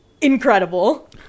Incredible